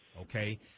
okay